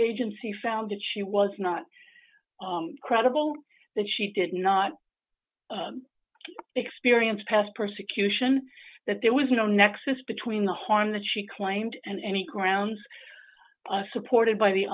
agency found that she was not credible that she did not experience past persecution that there was no nexus between the harm that she claimed and any grounds supported by the